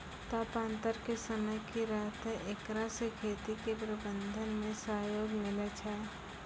तापान्तर के समय की रहतै एकरा से खेती के प्रबंधन मे सहयोग मिलैय छैय?